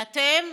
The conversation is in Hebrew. ואתם